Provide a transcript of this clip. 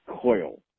Coil